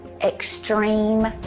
extreme